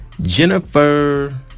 Jennifer